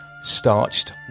starched